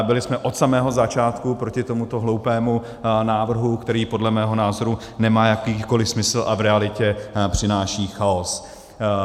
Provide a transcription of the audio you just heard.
Byli jsme od samého začátku proti tomuto hloupému návrhu, který podle mého názoru nemá jakýkoliv smysl a v realitě přináší chaos.